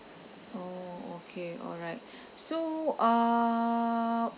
oh okay alright so uh